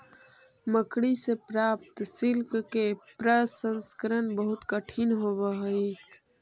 मकड़ि से प्राप्त सिल्क के प्रसंस्करण बहुत कठिन होवऽ हई